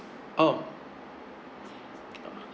oh